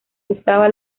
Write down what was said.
gustaba